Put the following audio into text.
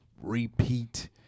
repeat